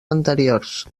anteriors